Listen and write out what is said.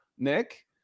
Nick